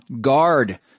Guard